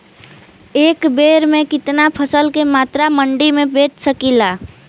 एक बेर में कितना फसल के मात्रा मंडी में बेच सकीला?